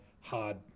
hard